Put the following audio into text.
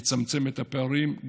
יצמצם את הפערים,